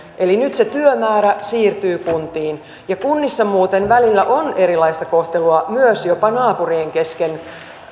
eli nyt se työmäärä siirtyy kuntiin ja kunnissa muuten välillä on erilaista kohtelua myös jopa naapurien kesken